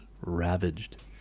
ravaged